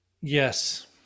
Yes